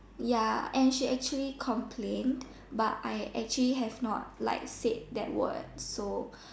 ya and she actually complained but I actually have not like said that word so